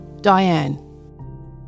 Diane